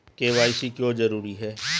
KYC क्यों जरूरी है?